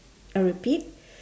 I repeat